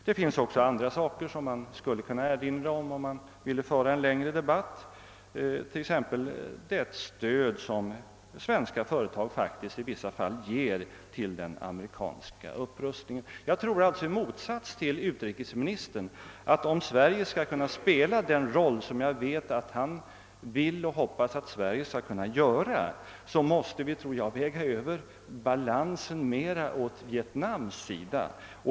Det finns också andra saker som man skulle kunna erinra om, om man ville föra en längre debatt, t.ex. det stöd svenska företag faktiskt i vissa fall ger den amerikanska upprustningen. Jag tror alltså i motsats till utrikesministern att om Sverige skall kunna spela den roll, som jag vet att utrikesministern vill och hoppas att Sverige skall kunna göra, så måste vi väga över balansen mera åt Vietnams sida.